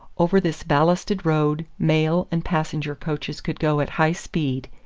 over this ballasted road mail and passenger coaches could go at high speed,